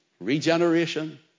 regeneration